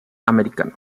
americano